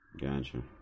Gotcha